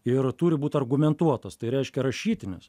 ir turi būt argumentuotas tai reiškia rašytinis